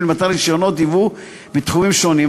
למתן רישיונות ייבוא בתחומים שונים,